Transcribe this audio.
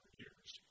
years